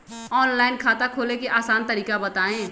Online खाता खोले के आसान तरीका बताए?